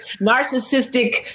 narcissistic